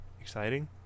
exciting